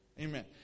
Amen